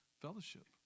fellowship